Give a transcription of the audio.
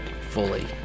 Fully